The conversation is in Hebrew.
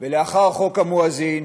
לאחר חוק המואזין,